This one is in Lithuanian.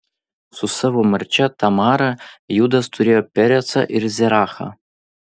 su savo marčia tamara judas turėjo perecą ir zerachą